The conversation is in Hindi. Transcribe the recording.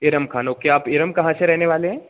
इरम ख़ान ओके आप इरम कहाँ से रहने वाले हैं